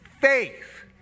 faith